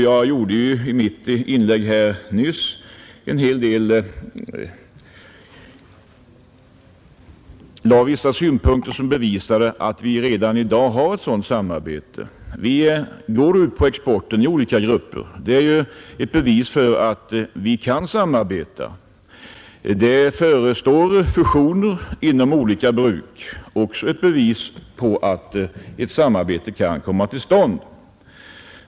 Jag framhöll i mitt inlägg här nyss vissa synpunkter som bevisade att vi redan i dag har ett sådant samarbete. Vi går ut på exportmarknaden i olika grupper. Det är ett bevis på att vi kan samarbeta. Det förestår fusioner inom olika bruk. Det är också ett bevis på att ett samarbete kan komma till stånd.